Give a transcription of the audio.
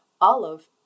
Olive